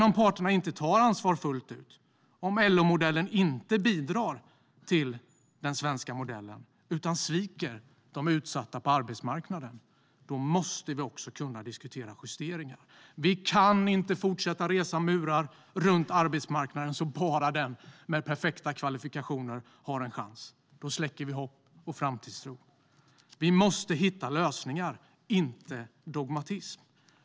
Om parterna inte tar ansvar fullt ut, om LO-modellen inte bidrar till den svenska modellen utan sviker de utsatta på arbetsmarknaden, då måste vi också kunna diskutera justeringar. Vi kan inte fortsätta att resa murar runt arbetsmarknaden så att bara den som har perfekta kvalifikationer har en chans. Då släcker vi hopp och framtidstro. Vi måste hitta lösningar, inte dogmatism.